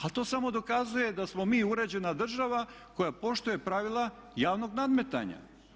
Ali to samo dokazuje da smo mi uređena država koja poštuje pravila javnog nadmetanja.